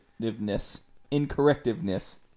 incorrectiveness